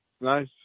nice